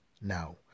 Now